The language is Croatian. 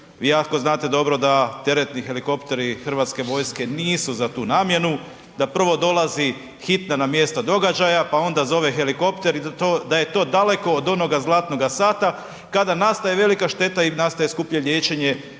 Vi znate jako dobro da teretni helikopteri Hrvatske vojske nisu za tu namjenu, da prvo dolazi hitna na mjesto događaja pa onda zove helikopter i da je to daleko od onoga zlatnoga sata kada nastaje velika šteta i nastaje skuplje liječenje,